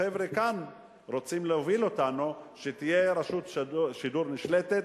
החבר'ה כאן רוצים להוביל אותנו שתהיה רשות שידור נשלטת,